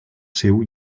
seu